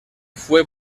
fue